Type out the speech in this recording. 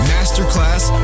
Masterclass